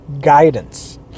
guidance